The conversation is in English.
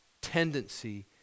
tendency